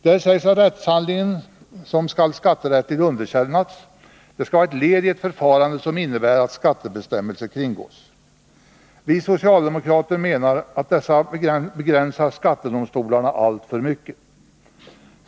Där sägs att rättshandlingen skall skatterättsligt underkännas om den är ett led i ett förfarande som innebär att skattebestämmelse kringgås. Vi socialdemokrater menar att detta begränsar skattedomstolarnas möjligheter alltför mycket.